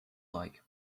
like